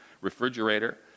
refrigerator